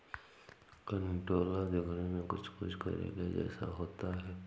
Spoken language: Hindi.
कंटोला दिखने में कुछ कुछ करेले जैसा होता है